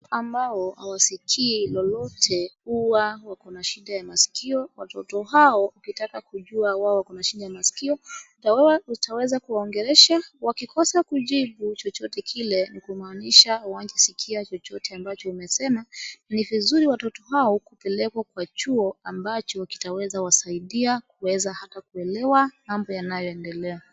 Ambao hawaskii lolote huwa wako nashida ya maskio. Watoto hao ukitaka kujua wao wako na shida ya maskio na wewe utaweza kuwaongelesha wakikosa kujibu cho chote kile ni kumaanisha hawajaskia chochote ambacho umesema ni vizuri watoto hao kupelekwa kwa chuo ambacho kitaweza wasaidia kuweza hata kuelewa mambo yanayo endelea.